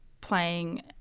playing